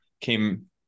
came